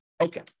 Okay